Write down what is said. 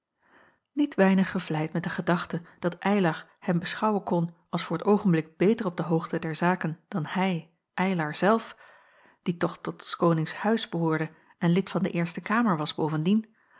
niet weinig gevleid met de gedachte dat eylar hem beschouwen kon als voor t oogenblik beter op de hoogte der zaken dan hij eylar zelf die toch tot s konings huis behoorde en lid van de eerste kamer was bovendien